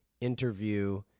Interview